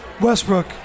Westbrook